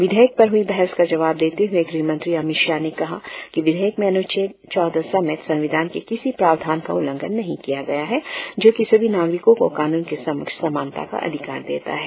विधेयक पर हुई बहस का जवाब देते हुए गृहमंत्री अमित शाह ने कहा कि विधेयक में अनुच्छेद चौदह समेत संविधान के किसी प्रावधान का उल्लंघन नहीं किया गया है जो कि सभी नागरिकों को कानून के समक्ष समानता का अधिकार देता है